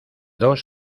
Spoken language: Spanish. dos